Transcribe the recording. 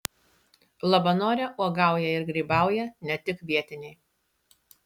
labanore uogauja ir grybauja ne tik vietiniai